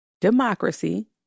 democracy